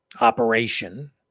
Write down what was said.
operation